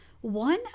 one